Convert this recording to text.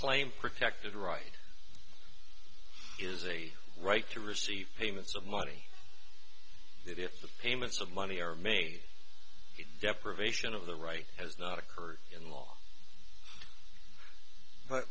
claim protected right is a right to receive payments of money that if the payments of money are made it deprivation of the right has not occurred in the law but